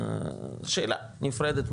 שאלה נפרדת,